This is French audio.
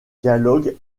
dialogue